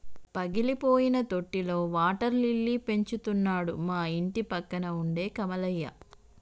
పగిలిపోయిన తొట్టిలో water lily పెంచుతున్నాడు మా ఇంటిపక్కన ఉండే కమలయ్య